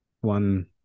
One